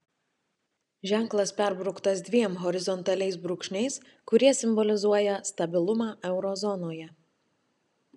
ženklas perbrauktas dviem horizontaliais brūkšniais kurie simbolizuoja stabilumą euro zonoje